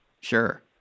sure